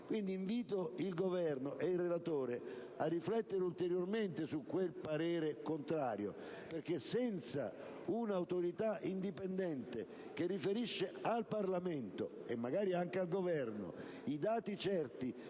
Quindi, invito il Governo e il relatore a riflettere ulteriormente su quel parere contrario, perché senza una autorità indipendente che riferisca al Parlamento, e magari anche al Governo, i dati certi